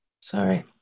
sorry